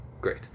great